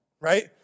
Right